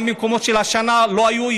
גם במקומות שהשנה לא היו בהם,